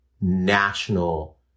national